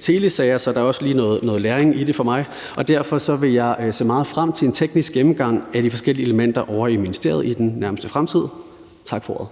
telesager, så der er også lige noget læring i det for mig, og derfor vil jeg se meget frem til en teknisk gennemgang af de forskellige elementer ovre i ministeriet i den nærmeste fremtid. Tak for ordet.